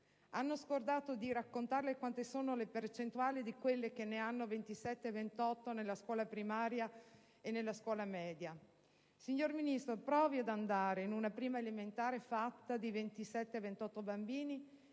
hanno scordato di raccontarle quali sono le percentuali di quelle che ne hanno 27-28 nella scuola primaria e nella scuola media. Signora Ministro, provi ad andare in una prima elementare fatta di 27-28 bambini,